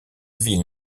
ville